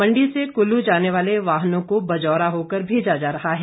मंडी से कुल्लू जाने वाले वाहनों को बजौरा होकर भेजा जा रहा है